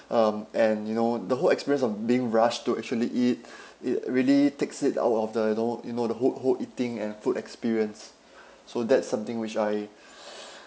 um and you know the whole experience of being rushed to actually eat it really takes it out of the you know you know the whole whole eating and food experience so that's something which I